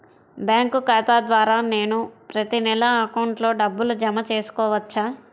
Bank ఖాతా ద్వారా నేను ప్రతి నెల అకౌంట్లో డబ్బులు జమ చేసుకోవచ్చా?